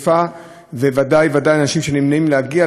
וודאי וודאי אנשים נמנעים מלהגיע בגלל החשש שלהם.